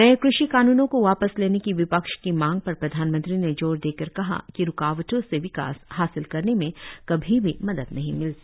नये कृषि कानूनों को वापस लेने की विपक्ष की मांग पर प्रधानमंत्री ने जोर देकर कहा कि रूकावटों से विकास हासिल करने में कभी भी मदद नहीं मिलती